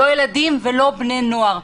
לא ילדים ולא בני נוער.